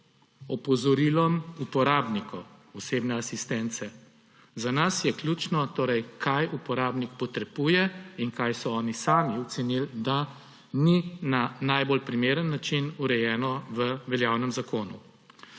opozorilom uporabnikov osebne asistence. Za nas je ključno, kaj uporabnik potrebuje in kaj so oni sami ocenili, da ni na najbolj primeren način urejeno v veljavnem zakonu.